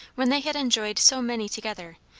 when they had enjoyed so many together,